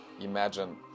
imagine